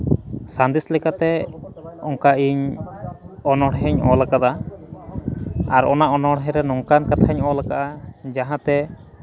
ᱥᱟᱸᱫᱮᱥ ᱞᱮᱠᱟᱛᱮ ᱚᱱᱠᱟ ᱤᱧ ᱚᱱᱚᱬᱦᱮᱧ ᱚᱞ ᱠᱟᱫᱟ ᱟᱨ ᱚᱱᱟ ᱚᱱᱚᱬᱦᱮ ᱨᱮ ᱱᱚᱝᱠᱟᱱ ᱠᱟᱛᱷᱟᱧ ᱚᱞ ᱠᱟᱫᱟ ᱡᱟᱦᱟᱸ ᱛᱮ